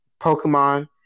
Pokemon